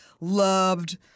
loved